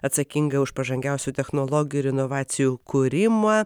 atsakinga už pažangiausių technologijų ir inovacijų kūrimą